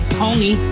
pony